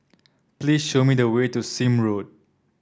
please show me the way to Sime Road